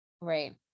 Right